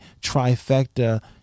trifecta